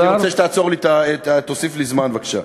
אני רוצה שתעצור לי, תוסיף לי זמן, בבקשה.